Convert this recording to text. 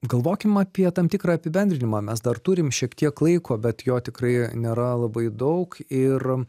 galvokim apie tam tikrą apibendrinimą mes dar turim šiek tiek laiko bet jo tikrai nėra labai daug ir